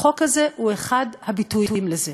החוק הזה הוא אחד הביטויים לזה.